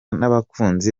n’abakunzi